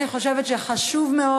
אני חושבת שחשוב מאוד,